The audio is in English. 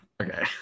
okay